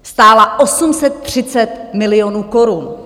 Stála 830 milionů korun.